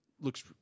looks